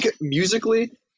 musically